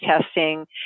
testing